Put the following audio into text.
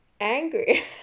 angry